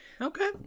Okay